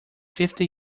fifty